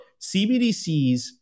CBDCs